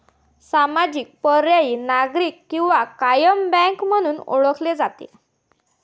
सामाजिक, पर्यायी, नागरी किंवा कायम बँक म्हणून ओळखले जाते